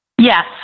yes